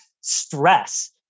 stress